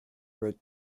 wrote